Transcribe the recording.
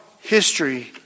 history